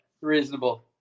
Reasonable